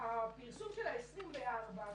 הפרסום של ה-24,